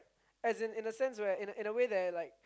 as in in the sense right in a in a way that like